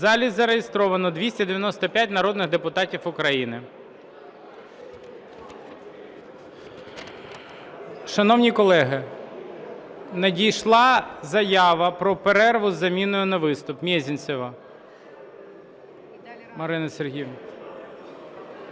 У залі зареєстровано 295 народних депутатів України. Шановні колеги, надійшла заява про перерву із заміною на виступ. Мезенцева Марія Сергіївна.